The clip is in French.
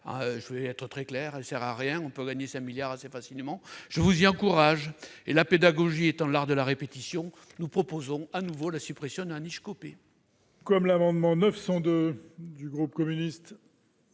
Je vais être très clair : elle ne sert à rien ! On peut donc gagner 5 milliards d'euros assez facilement ! Je vous y encourage. Et la pédagogie étant l'art de la répétition, nous proposons à nouveau la suppression de la